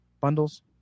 bundles